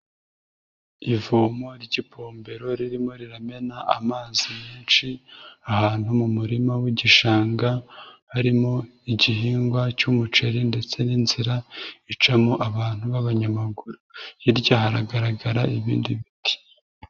Ivomo ry'ipombero ririmo riramena amazi menshi, ahantu mu murima w'igishanga, harimo igihingwa cy'umuceri ndetse n'inzira icamo abantu b'abanyamaguru. Hirya haragaragara ibindi biti.